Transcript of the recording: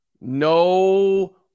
No